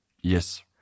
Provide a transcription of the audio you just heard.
Yes